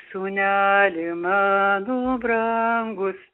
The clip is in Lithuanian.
sūneli mano brangus